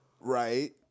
right